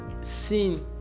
seen